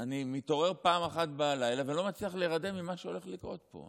אני מתעורר פעם אחת בלילה ולא מצליח להירדם ממה שהולך לקרות פה.